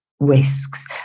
risks